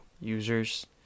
users